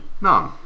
none